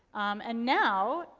and now,